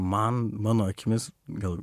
man mano akimis gal